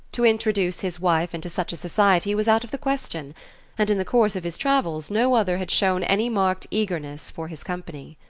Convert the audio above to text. to introduce his wife into such a society was out of the question and in the course of his travels no other had shown any marked eagerness for his company.